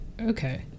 Okay